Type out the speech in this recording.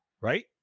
right